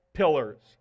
pillars